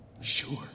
Sure